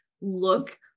look